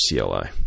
CLI